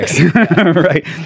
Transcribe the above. right